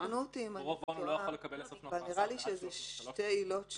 תקנו אותי אם אני טועה אבל נראה לי שזה שתי עילות שונות.